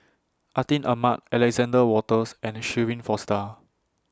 Atin Amat Alexander Wolters and Shirin Fozdar